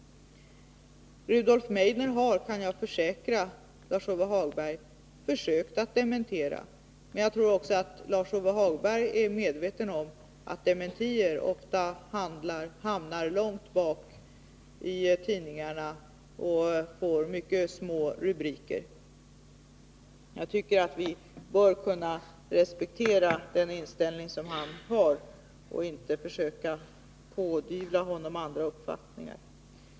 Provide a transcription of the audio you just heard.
Rudolf Meidner har — det kan jag försäkra Lars-Ove Hagberg — försökt att dementera. Jag förutsätter att också Lars-Ove Hagberg är medveten om att dementier ofta hamnar långt bak i tidningarna och får mycket små rubriker. Vi bör kunna respektera Rudolf Meidners inställning, och vi skall inte försöka pådyvla honom andra uppfattningar.